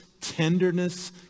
tenderness